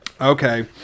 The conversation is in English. Okay